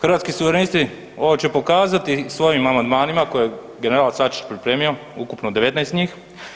Hrvatski suverenisti ovo će pokazati svojim amandmanima koje je general Sačić pripremio, ukupno 19 njih.